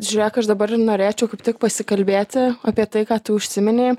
žiūrėk aš dabar norėčiau kaip tik pasikalbėti apie tai ką tu užsiminei